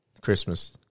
Christmas